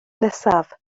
nesaf